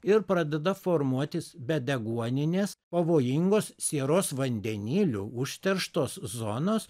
ir pradeda formuotis bedeguoninės pavojingos sieros vandeniliu užterštos zonos